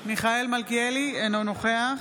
מלכיאלי, אינו נוכח